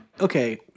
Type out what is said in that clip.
okay